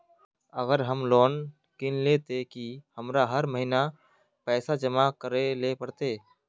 अगर हम लोन किनले ते की हमरा हर महीना पैसा जमा करे ले पड़ते?